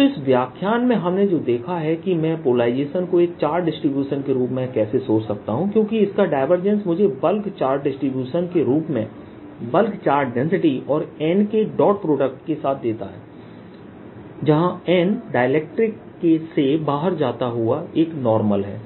तो इस व्याख्यान में हमने जो देखा है कि मैं पोलराइजेशन को एक चार्ज डिसटीब्यूशन के रूप में कैसे सोच सकता हूं क्योंकि इसका डायवर्जेंस मुझे बल्क चार्ज डिसटीब्यूशन के रूप में बल्क चार्ज डेंसिटी और n के डॉट प्रोडक्ट के साथ देता है जहां n डाइलेक्ट्रिक से बाहर की ओर जाता हुआ एक नॉर्मलहै